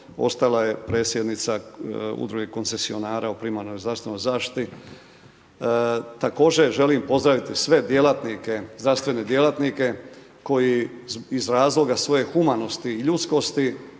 ostala je predsjednica udruge koncesionara u primarnoj zdravstvenoj zaštiti. Također želim pozdraviti sve djelatnike, zdravstvene djelatnike koji iz razloga svoje humanosti i ljudskosti